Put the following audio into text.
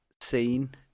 scene